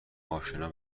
آشنا